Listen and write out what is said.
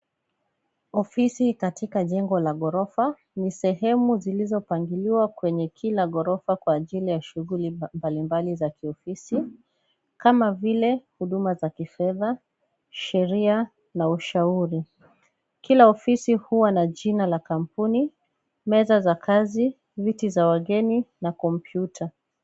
Ofisi katika jengo la ghorofa ni sehemu zilizopangiliwa kwenye kila ghorofa kwa ajili ya shughli mbalimbali za kiofisi, kama vile huduma za kifedha, sheria na ushauri ,kila ofisi uwa na jina ya kampuni meza za kazi viti za wageni na kompyuta.